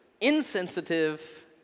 insensitive